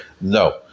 No